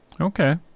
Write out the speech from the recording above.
Okay